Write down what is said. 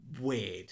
weird